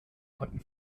konnten